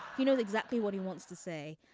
he knows exactly what he wants to say.